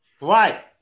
Right